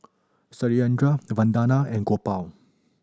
Satyendra Vandana and Gopal